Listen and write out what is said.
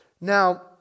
Now